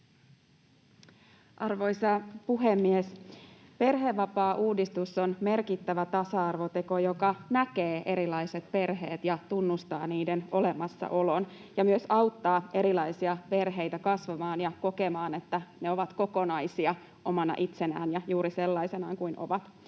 Arvoisa puhemies! Perhevapaauudistus on merkittävä tasa-arvoteko, joka näkee erilaiset perheet, tunnustaa niiden olemassaolon ja myös auttaa erilaisia perheitä kasvamaan ja kokemaan, että ne ovat kokonaisia omana itsenään ja juuri sellaisina kuin ovat.